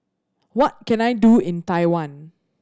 what can I do in Taiwan